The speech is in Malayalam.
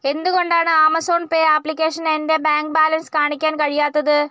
എന്തു കൊണ്ടാണ് ആമസോൺ പേ ആപ്ലിക്കേഷൻ എൻ്റെ ബാങ്ക് ബാലൻസ് കാണിക്കാൻ കഴിയാത്തത്